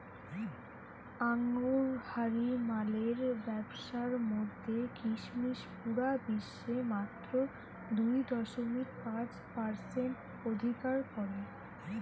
আঙুরহারি মালের ব্যাবসার মধ্যে কিসমিস পুরা বিশ্বে মাত্র দুই দশমিক পাঁচ পারসেন্ট অধিকার করে